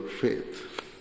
faith